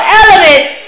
element